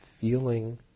feeling